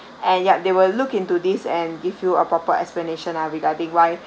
and yup they will look into this and give you a proper explanation ah regarding why